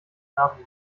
navi